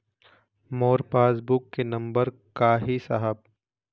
मोर passbook के नंबर का ही साहब?